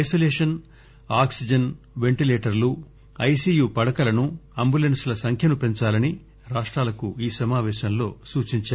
isolation oxygen ventilator లు ICU పడకలను అంబులెన్స్ల సంఖ్యను పెంచాలని రాష్టాలకు ఈ సమాపేశంలో సూచించారు